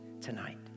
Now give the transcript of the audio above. tonight